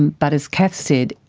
and but as cath said,